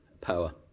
power